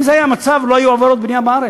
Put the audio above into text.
אם זה היה המצב, לא היו עבירות בנייה בארץ.